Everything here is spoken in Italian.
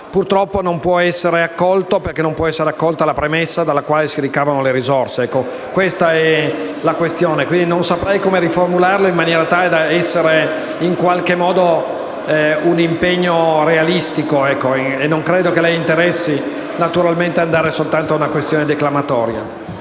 purtroppo non può essere accolto, perché non può essere accolta la premessa dalla quale si ricavano le risorse. Questa è la questione. Quindi non saprei come riformulare la mozione in maniera tale da rappresentare in qualche modo un impegno realistico e non credo che a lei interessi soltanto una questione declamatoria.